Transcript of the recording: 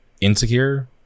insecure